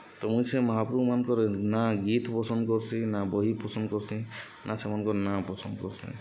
ତ ମୁଇଁ ସେ ମହାପୁରୁମାନଙ୍କର ନା ଗୀତ୍ ପସନ୍ଦ୍ କର୍ସି ନା ବହି ପସନ୍ଦ୍ କର୍ସି ନା ସେମାନଙ୍କର୍ ନାଁ ପସନ୍ଦ୍ କର୍ସିଁ